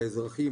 לאזרחים,